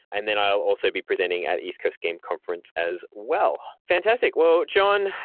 and then i'll also be presenting at east coast game conference as well. fantastic. well jon,